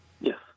Yes